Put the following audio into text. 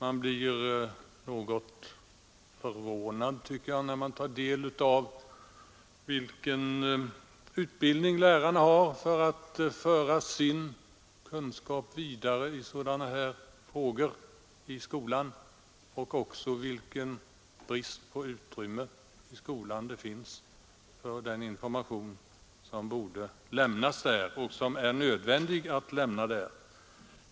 Man blir något förvånad när man tar del av vilken utbildning lärarna har för att föra sin kunskap i sådana här frågor vidare i skolan och också vilken brist på utrymme det finns i skolan för den information som det är nödvändigt att lämna där.